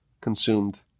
consumed